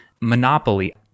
Monopoly